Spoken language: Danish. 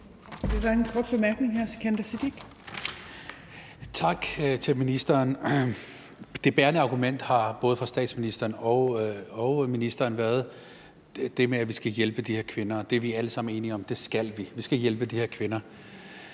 Tak til ministeren. Det bærende argument har både fra statsministerens og udlændinge- og integrationsministerens side været det med, at vi skal hjælpe de her kvinder, og det er vi alle sammen enige om at vi skal. Vi skal hjælpe de her kvinder.